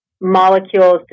molecules